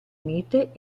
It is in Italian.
mite